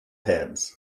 pads